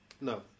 no